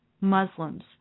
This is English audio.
Muslims